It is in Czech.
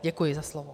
Děkuji za slovo.